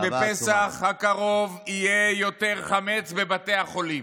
שבפסח הקרוב יהיה יותר חמץ בבתי החולים.